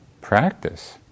practice